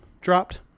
dropped